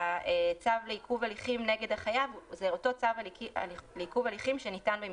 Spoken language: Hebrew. אנחנו רוצים להוסיף הבהרה שהצו לעיכוב הליכים נגד החייב זה